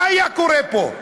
מה היה קורה פה?